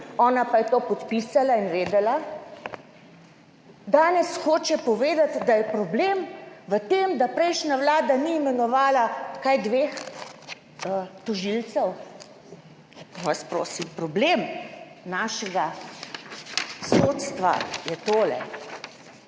ona, pa je to podpisala in vedela, danes hoče povedati, da je problem v tem, da prejšnja vlada ni imenovala, kaj, dveh tožilcev. Lepo vas prosim. Problem našega sodstva je tole.